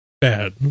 bad